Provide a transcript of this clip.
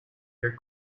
your